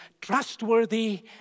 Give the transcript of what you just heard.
trustworthy